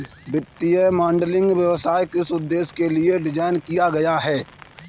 वित्तीय मॉडलिंग व्यवसाय किस उद्देश्य के लिए डिज़ाइन किया गया है?